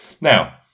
Now